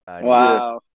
Wow